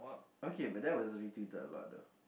okay but that was really tilted a lot though